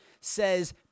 says